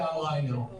מטעם